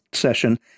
Session